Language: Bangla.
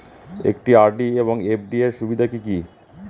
একটি আর.ডি এবং এফ.ডি এর সুবিধা কি কি?